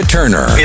Turner